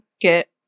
get